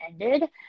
ended